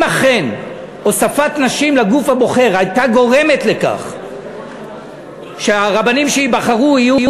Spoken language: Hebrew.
אם אכן הוספת נשים לגוף הבוחר הייתה גורמת לכך שהרבנים שייבחרו יהיו,